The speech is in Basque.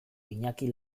iñaki